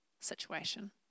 situation